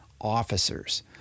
officers